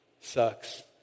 Sucks